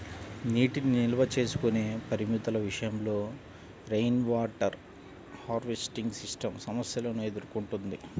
నీటిని నిల్వ చేసుకునే పరిమితుల విషయంలో రెయిన్వాటర్ హార్వెస్టింగ్ సిస్టమ్ సమస్యలను ఎదుర్కొంటున్నది